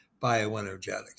bioenergetics